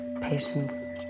patience